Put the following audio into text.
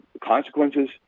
consequences